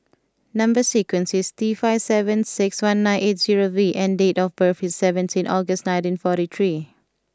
number sequence is T five seven six one nine eight zero V and date of birth is seventeen August nineteen forty three